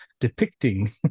depicting